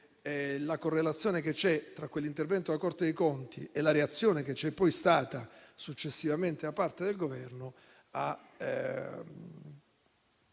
la correlazione esistente tra quell'intervento della Corte dei conti e la reazione che c'è stata successivamente da parte del Governo